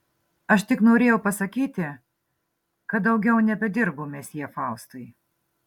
aš tik norėjau pasakyti kad daugiau nebedirbu mesjė faustui